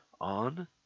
on